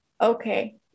okay